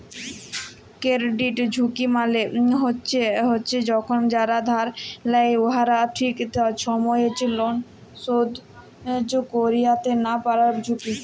credit ঝুঁকি মালে হছে কখল যারা ধার লেয় উয়ারা ঠিক ছময় লল শধ ক্যইরতে লা পারার ঝুঁকি